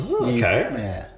Okay